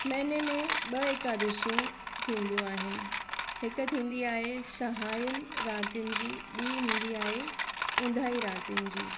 महिने में ॿ एकादशियूं थींदियूं आहिनि हिकु थींदी आहे सहायन रातिनि जी ॿी ईंदी आहे ऊंदाहि रातिनि जी